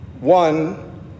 one